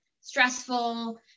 stressful